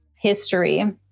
history